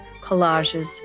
collages